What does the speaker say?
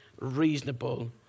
reasonable